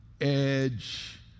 edge